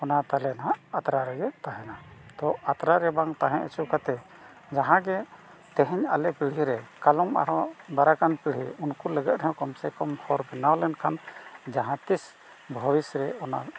ᱚᱱᱟ ᱛᱟᱞᱮ ᱱᱟᱜ ᱟᱛᱨᱟ ᱨᱮᱜᱮ ᱛᱟᱦᱮᱱᱟ ᱛᱚ ᱟᱛᱨᱟ ᱨᱮ ᱵᱟᱝ ᱛᱟᱦᱮᱸ ᱦᱚᱪᱚ ᱠᱟᱛᱮᱫ ᱡᱟᱦᱟᱸ ᱜᱮ ᱛᱮᱦᱮᱧ ᱟᱞᱮ ᱯᱤᱲᱦᱤ ᱨᱮ ᱠᱟᱞᱚᱢ ᱟᱨᱦᱚᱸ ᱫᱟᱨᱟᱠᱟᱱ ᱯᱤᱲᱦᱤ ᱩᱱᱠᱩ ᱞᱟᱹᱜᱤᱫ ᱨᱮᱦᱚᱸ ᱠᱚᱢ ᱥᱮ ᱠᱚᱢ ᱦᱚᱨ ᱵᱮᱱᱟᱣ ᱞᱮᱱᱠᱷᱟᱱ ᱡᱟᱦᱟᱸ ᱛᱤᱥ ᱵᱷᱚᱵᱤᱥ ᱨᱮ ᱚᱱᱟ